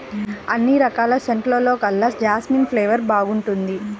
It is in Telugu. అన్ని రకాల సెంటుల్లోకెల్లా జాస్మిన్ ఫ్లేవర్ బాగుంటుంది